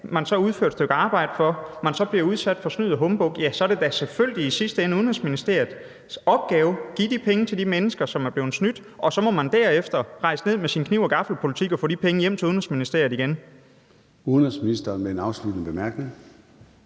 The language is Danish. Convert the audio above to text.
folk udfører et stykke arbejde for dem og så bliver udsat for snyd og humbug, er det da selvfølgelig i sidste ende Udenrigsministeriets opgave at give de penge til de mennesker, som er blevet snydt, og så må man derefter rejse ned med sin kniv og gaffel-politik og få de penge hjem til Udenrigsministeriet igen. Kl. 13:12 Formanden (Søren